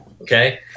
okay